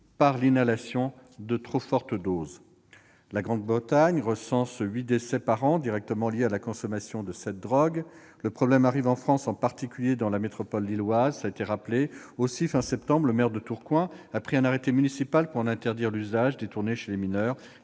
sans contrôle de trop fortes doses. La Grande-Bretagne recense huit décès par an directement liés à la consommation de cette drogue. Le problème arrive en France, en particulier dans la métropole lilloise. Aussi, à la fin du mois de septembre, le maire de Tourcoing a pris un arrêté municipal pour en interdire l'usage détourné chez les mineurs.